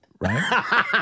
Right